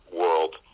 world